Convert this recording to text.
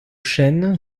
chênes